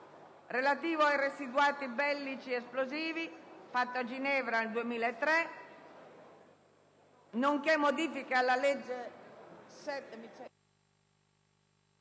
relativo ai residuati bellici esplosivi, fatto a Ginevra il 28 novembre 2003, nonché modifiche alla legge 7